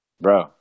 Bro